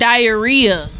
Diarrhea